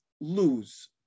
lose